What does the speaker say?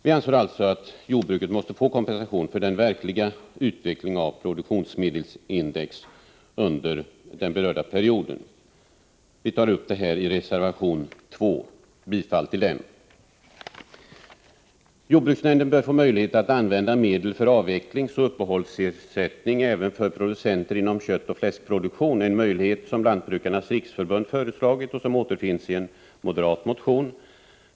Vi anser alltså att jordbruket måste få kompensation för den verkliga utvecklingen av PM-index under den berörda perioden. Vi tar upp detta i reservation 2, som jag yrkar bifall till. Jordbruksnämnden bör få möjlighet att använda medel för avvecklingsoch uppehållsersättning även för producenter inom köttoch fläskproduktion — en möjlighet som Lantbrukarnas riksförbund föreslagit och som återfinns i en moderat motion.